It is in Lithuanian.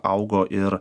augo ir